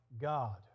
God